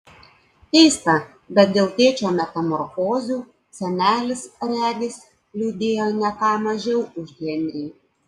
keista bet dėl tėčio metamorfozių senelis regis liūdėjo ne ką mažiau už henrį